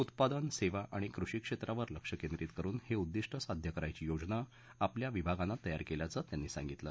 उत्पादन सेवा आणि कृषी क्षेत्रावर लक्ष केंद्रीत करुन हे उद्दिष्ट साध्य करायची योजना आपल्या विभागानं तयार केल्याचं त्यांनी सांगितलं